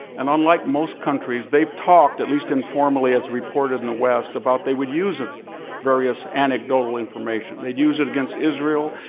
and unlike most countries, they've talked, at least informally, as reported in the west, about they would use various anecdotal information. they'd use it against israel.